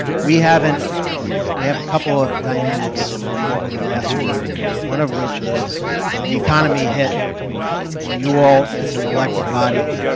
we haven't we have a couple of dynamics over the last few years, one of which is the economy hit and you all, as an elected body,